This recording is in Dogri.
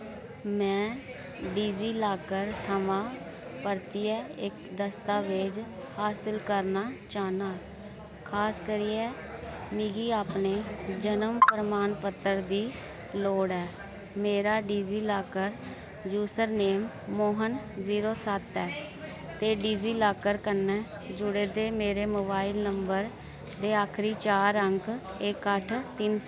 में डिजिलाकर थमां परतियै इक दस्तावेज हासल करना चाह्न्नां खास करियै मिगी अपने जन्म प्रमाणपत्र दी लोड़ ऐ मेरा डिजिलाकर यूजरनेम मोहन जीरो सत्त ऐ ते डिजिलाकर कन्नै जुड़े दे मेरे मोबाइल नंबर दे आखरी चार अंक इक अट्ठ तिन सत्त न